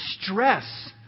stress